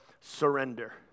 surrender